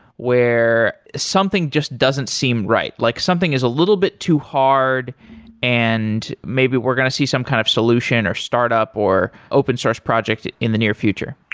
where something just doesn't seem right? like something is a little bit too hard and maybe we're going to see some kind of solution or startup, or open source project in the near future?